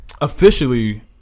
officially